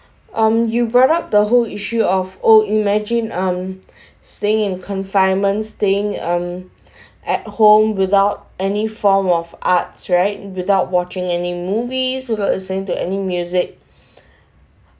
um you brought up the whole issue of oh imagine um staying in confinement staying um at home without any form of arts right without watching any movies without listening to any music